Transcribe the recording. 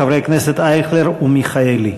חברי הכנסת אייכלר ומיכאלי.